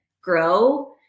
grow